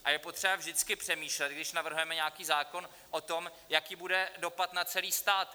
A je potřeba vždycky přemýšlet, když navrhujeme nějaký zákon o tom, jaký bude dopad na celý stát.